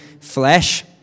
flesh